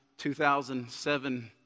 2007